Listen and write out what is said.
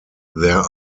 there